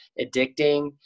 addicting